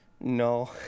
No